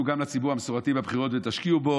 גם לציבור המסורתי בבחירות ותשקיעו בו.